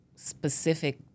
specific